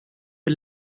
för